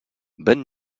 bonne